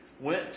went